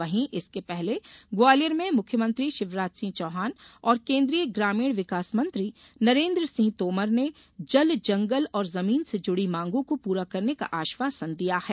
वहीं इसके पहले ग्वालियर में मुख्यमंत्री शिवराज सिंह चौहान और केन्द्रीय ग्रामीण विकास मंत्री नरेन्द्रसिंह तोमर ने जलजंगल और जमीन से जुडी मांगों को पूरा करने का आश्वासन दिया है